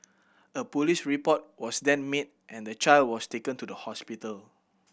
a police report was then made and the child was taken to the hospital